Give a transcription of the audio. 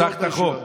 משך את החוק,